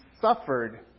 suffered